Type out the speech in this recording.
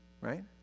right